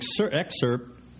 excerpt